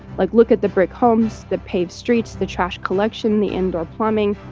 like, look at the brick homes, the paved streets, the trash collection, the indoor plumbing.